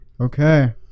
okay